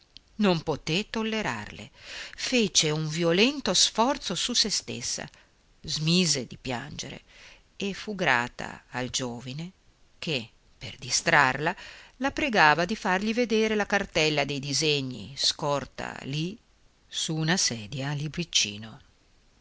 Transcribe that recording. esortazioni non poté tollerarle fece un violento sforzo su se stessa smise di piangere e fu grata al giovine che per distrarla la pregava di fargli vedere la cartella dei disegni scorta lì su una sedia a libriccino